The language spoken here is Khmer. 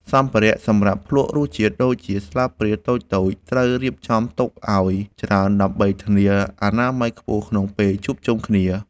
សម្ភារៈសម្រាប់ភ្លក្សរសជាតិដូចជា ស្លាបព្រាតូចៗ ត្រូវរៀបចំទុកឱ្យច្រើនដើម្បីធានាអនាម័យខ្ពស់ក្នុងពេលជួបជុំគ្នា។